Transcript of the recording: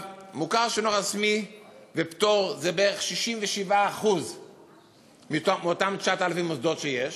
מוכר שאינו רשמי ופטור זה בערך 67% מאותם 9,000 מוסדות שיש,